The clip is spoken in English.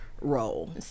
role